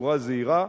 בצורה זהירה,